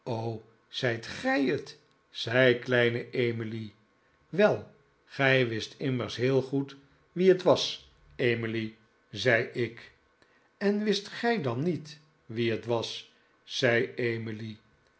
zijt gij het zei kleine emily wel gij wist immers heel goed wie het was emily zei ik en wist gij dan niet wie het was zei emily